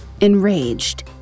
Enraged